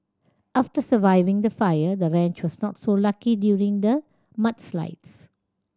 after surviving the fire the ranch was not so lucky during the mudslides